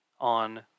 on